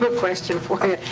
but question for you.